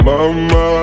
Mama